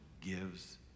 gives